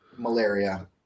malaria